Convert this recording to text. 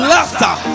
Laughter